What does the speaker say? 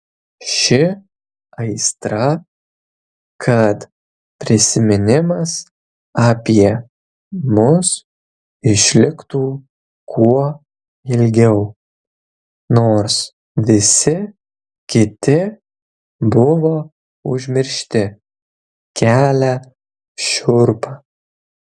ši aistra kad prisiminimas apie mus išliktų kuo ilgiau nors visi kiti buvo užmiršti kelia šiurpą